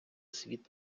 світ